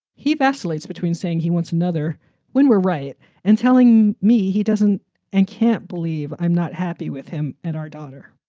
he vacillates between saying he wants another when we're right and telling me he doesn't and can't believe i'm not happy with him. and our daughter.